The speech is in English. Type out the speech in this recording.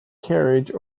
carriage